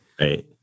Right